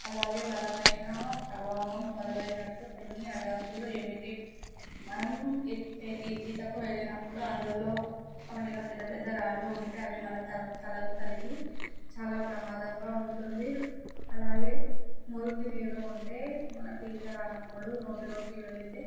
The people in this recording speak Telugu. అలాగే బలమైనా ప్రవాహం మొదలైనట్టు కొన్ని అడ్డంకులు ఏమిటి మనం ఈ ఈత్ ఈతకు వెళ్ళినప్పుడు అందులో ఒకవేళ పెద్ద పెద్ద రాళ్ళు ఉంటే అవి మన తల తలకు తగిలి చాలా ప్రమాదంగా ఉంటుంది అలాగే మురికి నీరు ఉంటే మనకు ఈత రానప్పుడు నోటిలోకి వెళ్ళితే